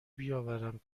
بیاورم